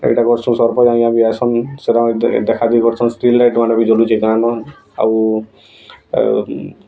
ଏଇଟା କର୍ସୁଁ ସରପଞ୍ଚ ଆଜ୍ଞା ବି ଆସନ୍ ସେଟା ଦେ ଦେଖାଯିବ ସନ୍ ଷ୍ଟ୍ରିଟ୍ ଲାଇଟ୍ମାନ ଜଳୁଛି ଗାଁ ଗନ୍ ଆଉ ଏ